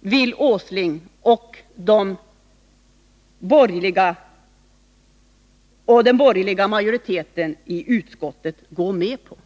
vill herr Åsling och den borgerliga majoriteten i utskottet gå med på.